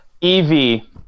Evie